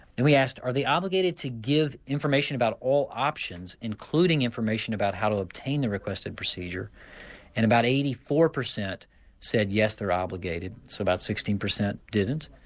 and we asked are they obligated to give information about all options including information about how to obtain the requested procedure and about eighty four percent said yes, they are obligated', so about sixteen percent didn't.